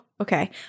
okay